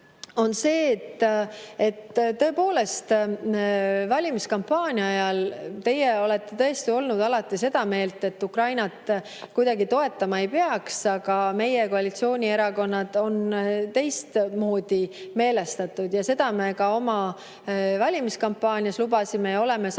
on see, et teie tõepoolest valimiskampaania ajal olite seda meelt, et Ukrainat kuidagi toetama ei peaks, aga meie, koalitsioonierakonnad on teistmoodi meelestatud. Seda me ka oma valimiskampaanias lubasime ja oleme samamoodi